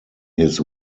his